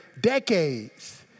decades